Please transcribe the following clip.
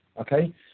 Okay